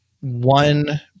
one